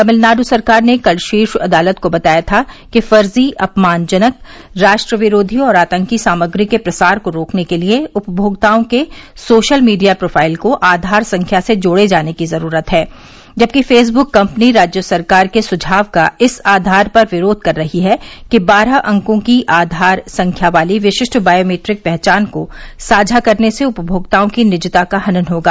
तमिलनाड् सरकार ने कल शीर्ष अदालत को बताया था कि फ़र्ज़ी अपमानजनक राष्ट्र विरोधी और आतंकी सामग्री के प्रसार को रोकने के लिए उपभोक्ताओं के सोशल मीडिया प्रोफाइल को आधार संख्या से जोड़े जाने की ज़रूरत है जबकि फ़ेसबुक कम्पनी राज्य सरकार के सुझाव का इस आधार पर विरोध कर रही है कि बारह अंकों की आधार संख्या वाली विशिष्ट बॉयोमेट्रिक पहचान को साझा करने से उपमोक्ताओं की निजता का हनन होगा